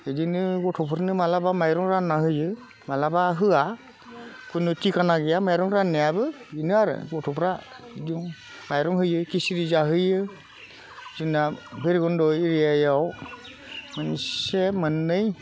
बिदिनो गथ'फोरनो माब्लाबा माब्लाबा माइरं रानना होयो माब्लाबा होआ कुनु थिकना गैया माइरं राननायाबो बेनो आरो गथ'फ्रा बिदि माइरं होयो खिसिरि जाहोयो जोंना भैरबकुन्द' एरियायाव मोनसे मोननै